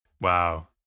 Wow